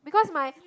because my